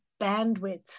bandwidth